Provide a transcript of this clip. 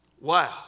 Wow